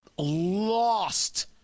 lost